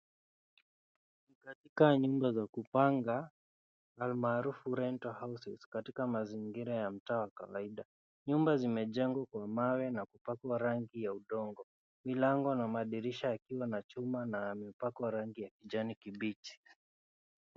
Ni katika nyumba za kupanga, almaarufu rental houses , katika mazingira ya mtaa wa kawaida. Nyumba zimejengwa kwa mawe na kupakwa rangi ya udongo. Milango na madirisha yakiwa na chuma na yamepakwa rangi ya kijani kibichi.